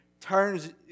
turns